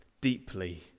deeply